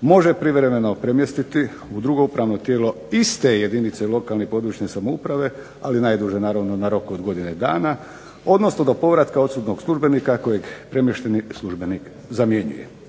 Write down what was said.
može privremeno premjestiti u drugo upravno tijelo iste jedinice lokalne i područne samouprave, ali najduže naravno na rok od godine dana, odnosno do povratka odsutnog službenika kojeg premješteni službenik zamjenjuje.